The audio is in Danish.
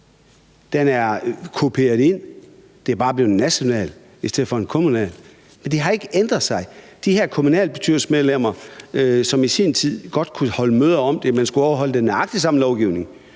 den er kopieret ind. Det er bare blevet nationalt i stedet for kommunalt, men det har ikke ændret sig. De her kommunalbestyrelsesmedlemmer, som i sin tid godt kunne holde møder om det, men skulle overholde nøjagtig den samme lovgivning,